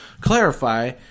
clarify